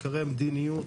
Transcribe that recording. עיקרי המדיניות,